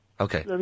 Okay